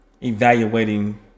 evaluating